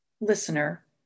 listener